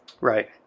Right